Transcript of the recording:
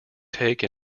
take